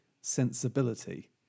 sensibility